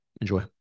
Enjoy